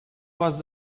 was